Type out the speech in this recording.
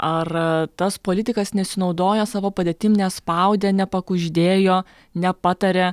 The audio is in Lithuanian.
ar tas politikas nesinaudojo savo padėtim nespaudė nepakuždėjo nepatarė